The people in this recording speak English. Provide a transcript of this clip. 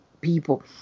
people